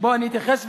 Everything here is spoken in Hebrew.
אני אתייחס.